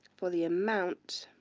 for the amount